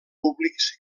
públics